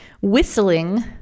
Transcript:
whistling